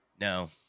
No